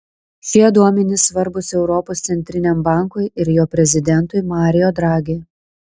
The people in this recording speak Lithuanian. šie duomenys svarbūs europos centriniam bankui ir jo prezidentui mario draghi